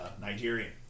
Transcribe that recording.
Nigerian